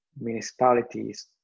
municipalities